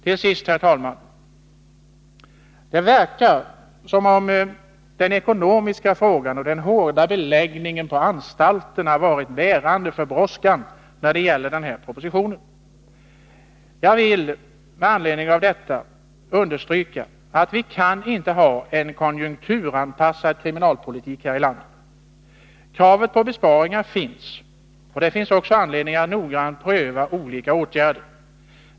Till sist, herr talman: Det verkar som om det ekonomiska läget och den hårda beläggningen på anstalterna har varit bärande skäl för brådskan när det gäller denna proposition. Jag vill med anledning av detta understryka att vi inte kan ha en konjunkturanpassad kriminalpolitik här i landet. Kravet på besparingar finns, och det finns också anledning att noggrant pröva olika åtgärder.